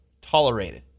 tolerated